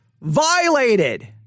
violated